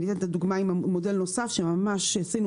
ואני אתן את הדוגמה עם מודל נוסף שממש עשינו